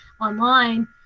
online